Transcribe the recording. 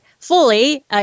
fully